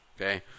okay